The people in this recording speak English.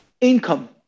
income